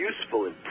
useful